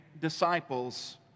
disciples